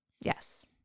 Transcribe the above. yes